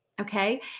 okay